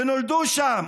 שנולדו שם,